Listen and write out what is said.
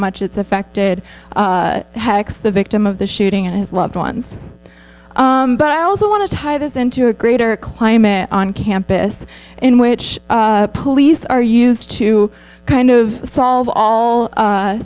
much it's affected hex the victim of the shooting and his loved ones but i also want to tie this into a greater climate on campus in which police are used to kind of solve all